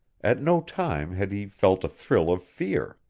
at no time had he felt a thrill of fear.